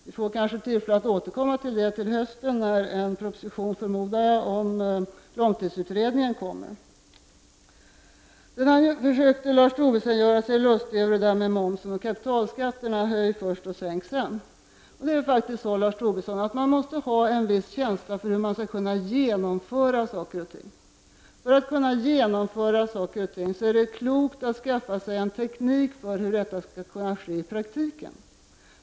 Vi får kanske tillfälle att återkomma till det till hösten, när en proposition om långtidsutredningen förmodligen kommer. Lars Tobisson försökte göra sig lustig över att folkpartiet om momsen och kapitalskatterna skulle säga ”höj först och sänk sedan”. Men man måste ha en viss känsla för hur man skall kunna genomföra saker och ting. Det är klokt att skaffa sig en teknik för hur detta skall kunna ske i praktiken.